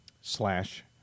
slash